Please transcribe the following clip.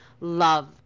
love